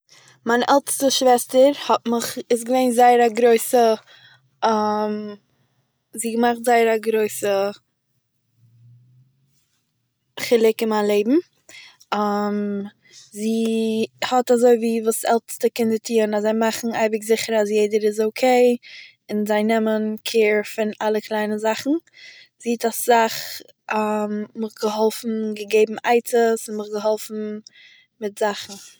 מיין עלטסטע שוועסטער האט מיך- איז גווען זייער א גרויסע זי האט געמאכט זייער א גרויסע חילוק אין מיין לעבן, זי האט אזויווי וואס עלטסטע קינדער טוהען: אז זיי מאכן אייביג זיכער אז יעדער איז אקעי און זיי נעמען קעיר פון אלע קליינע זאכן, זי האט אסאך מיך געהאלפן געגעבן עצות און מיר געהאלפן מיט זאכן